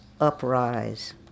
uprise